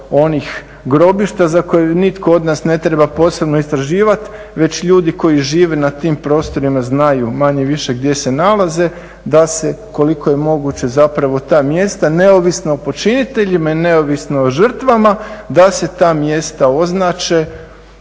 onih grobišta za koje nitko od nas ne treba posebno istraživati već ljudi koji žive na tim prostorima znaju manje-više gdje se nalaze da se koliko je moguće ta mjesta neovisno o počiniteljima i neovisno o žrtvama da se ta mjesta označe